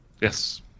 Yes